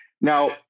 Now